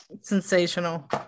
Sensational